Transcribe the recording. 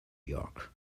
york